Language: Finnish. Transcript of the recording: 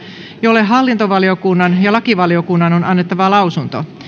jolle hallintovaliokunnan ja lakivaliokunnan on annettava lausunto